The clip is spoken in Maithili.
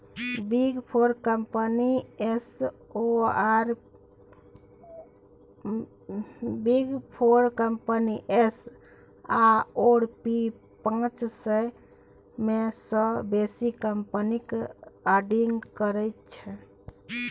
बिग फोर कंपनी एस आओर पी पाँच सय मे सँ बेसी कंपनीक आडिट करै छै